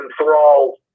enthralled